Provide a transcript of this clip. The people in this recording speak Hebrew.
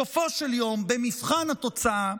אלא בסופו של יום, במבחן התוצאה,